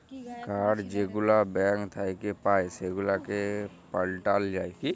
card যেগুলা bank থ্যাইকে পাই সেগুলাকে পাল্টাল যায়